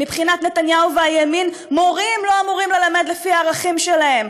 מבחינת נתניהו והימין מורים לא אמורים ללמד לפי הערכים שלהם,